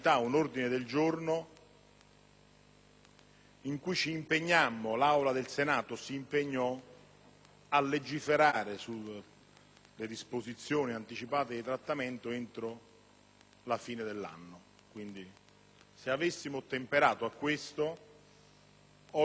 in cui ci impegnammo, l'Aula del Senato si impegnò, a legiferare sulle disposizioni anticipate di trattamento entro la fine dell'anno. Se vi avessimo ottemperato, oggi vivremmo qualche angoscia in meno;